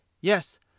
Yes